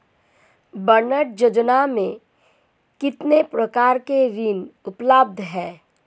नाबार्ड योजना में कितने प्रकार के ऋण उपलब्ध हैं?